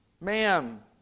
ma'am